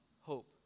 hope